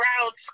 crowds